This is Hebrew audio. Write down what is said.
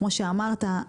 כמו שאמרת,